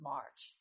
March